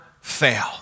fail